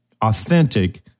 authentic